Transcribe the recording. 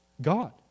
God